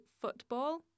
football